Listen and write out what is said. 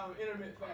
intermittent